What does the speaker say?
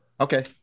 Okay